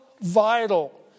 vital